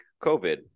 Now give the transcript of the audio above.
COVID